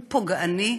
הוא פוגעני,